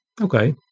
Okay